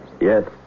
Yes